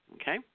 okay